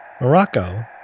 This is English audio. Morocco